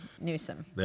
Newsom